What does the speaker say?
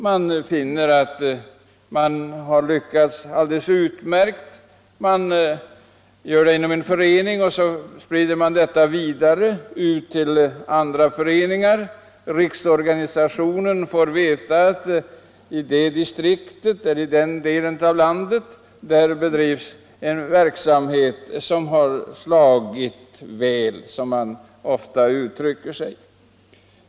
Man finner att man lyckats utmärkt och sprider då detta vidare till andra föreningar, och riksorganisationen får veta att i det distriktet eller i den delen av landet har bedrivits en verksamhet som slagit väl, som man ofta uttrycker sig.